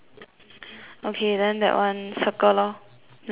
okay then that one circle lor then just circle that